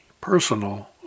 personal